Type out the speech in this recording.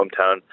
hometown